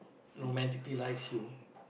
romantically likes you